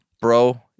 bro